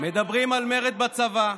מדברים על מרד בצבא,